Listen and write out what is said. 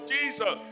Jesus